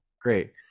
great